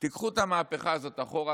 תיקחו את המהפכה הזאת אחורה.